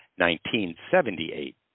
1978